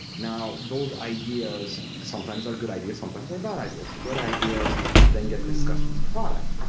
now, those ideas sometimes are good ideas, sometimes are bad ideas. the good ideas then get discussed with product,